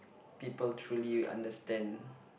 people truly understand